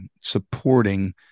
supporting